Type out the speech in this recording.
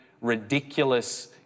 ridiculous